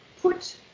put